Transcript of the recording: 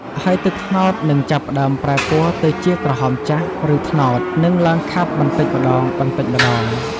ហើយទឹកត្នោតនឹងចាប់ផ្តើមប្រែពណ៌ទៅជាក្រហមចាស់ ឬត្នោត និងឡើងខាប់បន្តិចម្ដងៗ។